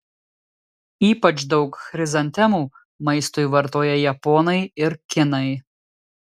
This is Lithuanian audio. ypač daug chrizantemų maistui vartoja japonai ir kinai